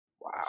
Wow